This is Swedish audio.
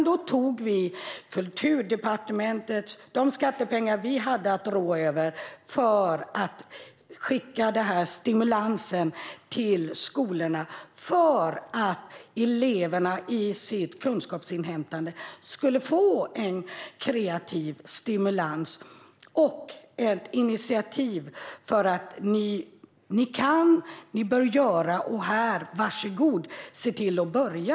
Då tog Kulturdepartementet av sina skattepengar och skickade denna stimulans till skolorna så att eleverna i sitt kunskapsinhämtande skulle få en kreativ stimulans och ett initiativ: Ni kan och ni bör. Var så goda, se till att börja!